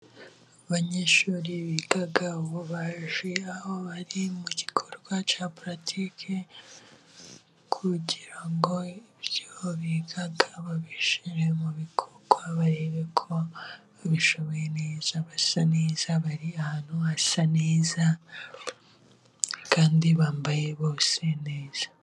Abanyeshuri biga ububaji，aho bari mu gikorwa cya puratike，kugira ngo ibyo biga bbishyire mu bikorwa， barebe ko babishoboye neza，basa neza， bari ahantu hasa neza，kandi bambaye bose neza.